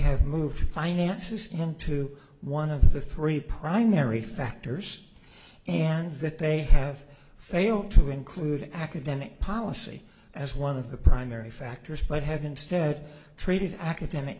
have moved finances into one of the three primary factors and that they have failed to include academic policy as one of the primary factors but have instead treated academic